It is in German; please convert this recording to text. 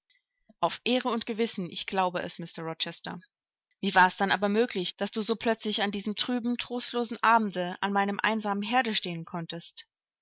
auf ehre und gewissen ich glaube es mr rochester wie war es dann aber möglich daß du so plötzlich an diesem trüben trostlosen abende an meinem einsamen herde stehen konntest